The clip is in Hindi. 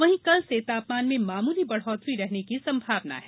वहीं कल से तापमान में मामूली बढोत्तरी रहने की संभावना है